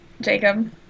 Jacob